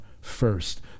first